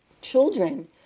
Children